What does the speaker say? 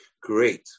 great